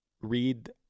read